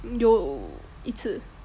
有一次